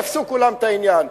תפסו כולם את העניין,